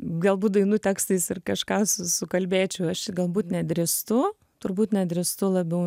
galbūt dainų tekstais ir kažką su sukalbėčiau aš galbūt nedrįstu turbūt nedrįstu labiau